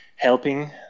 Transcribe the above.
helping